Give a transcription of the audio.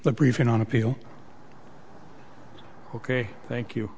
the briefing on appeal ok thank you